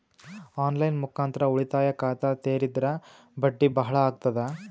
On line ಮುಖಾಂತರ ಉಳಿತಾಯ ಖಾತ ತೇರಿದ್ರ ಬಡ್ಡಿ ಬಹಳ ಅಗತದ?